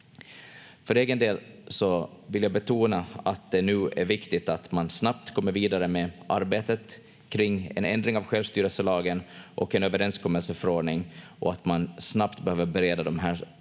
För egen del vill jag betona att det nu är viktigt att man snabbt kommer vidare med arbetet kring en ändring av självstyrelselagen och en överenskommelseförordning, och att man snabbt behöver bereda de här